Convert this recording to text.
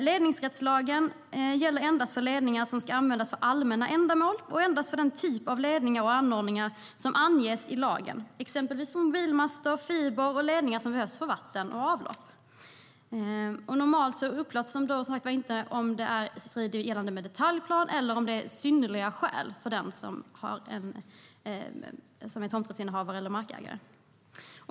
Ledningsrättslagen gäller endast för ledningar som ska användas för allmänna ändamål och endast för den typ av ledningar och anordningar som anges i lagen, exempelvis mobilmaster, fiber och ledningar som behövs för vatten och avlopp. Normalt upplåts som sagt inte ledningsrätt om det är i strid med gällande detaljplan eller om det är synnerliga skäl för en tomträttshavare eller markägare.